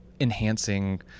enhancing